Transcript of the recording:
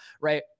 right